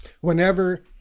Whenever